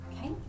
Okay